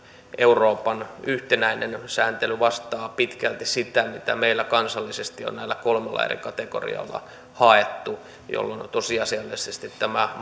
euroopan yhtenäinen sääntely vastaa pitkälti sitä mitä meillä kansallisesti on näillä kolmella eri kategorialla haettu jolloin tosiasiallisesti vaikka tämä